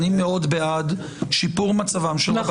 אני מאוד בעד שיפור מצבם של רבני ההתיישבות.